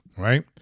Right